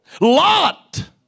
Lot